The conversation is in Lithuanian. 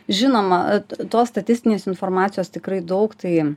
žinoma tos statistinės informacijos tikrai daug tai